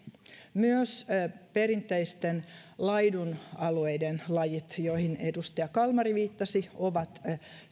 myös perinteisten laidunalueiden lajit joihin edustaja kalmari viittasi ovat